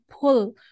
pull